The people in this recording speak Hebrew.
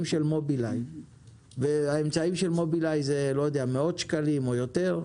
של מובילאיי והאמצעים של מובילאיי עולים מאות שקלים או יותר.